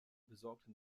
besorgte